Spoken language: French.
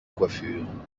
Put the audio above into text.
coiffure